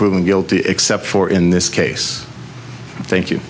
proven guilty except for in this case thank you